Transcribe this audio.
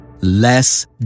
Less